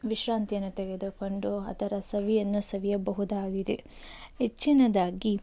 ವಿಶ್ರಾಂತಿಯನ್ನು ತೆಗೆದುಕೊಂಡು ಅದರ ಸವಿಯನ್ನು ಸವಿಯಬಹುದಾಗಿದೆ ಹೆಚ್ಚಿನದಾಗಿ